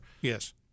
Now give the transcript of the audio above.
Yes